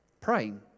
Praying